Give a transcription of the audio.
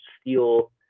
steel